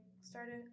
started